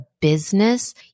business